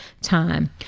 time